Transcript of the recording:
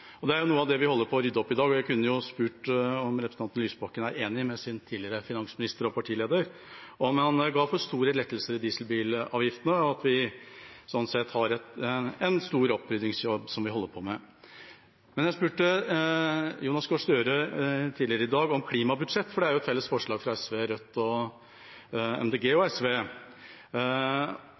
dag. Jeg kunne jo spurt om representanten Lysbakken er enig med sin tidligere finansminister og partileder i at man ga for store lettelser i dieselbilavgiftene, og at vi sånn sett har en stor oppryddingsjobb, som vi holder på med. Men jeg spurte Jonas Gahr Støre tidligere i dag om klimabudsjett, for det er jo et felles forslag fra Arbeiderpartiet, Rødt, Miljøpartiet De Grønne og SV.